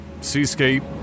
Seascape